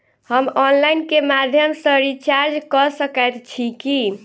हम ऑनलाइन केँ माध्यम सँ रिचार्ज कऽ सकैत छी की?